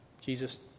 Jesus